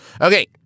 Okay